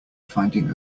finding